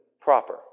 proper